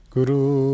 Guru